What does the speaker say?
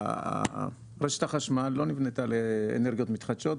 רשת החשמל לא נבנתה לאנרגיות מתחדשות;